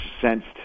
sensed